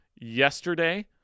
yesterday